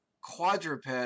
quadruped